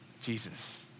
Jesus